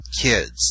kids